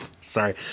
sorry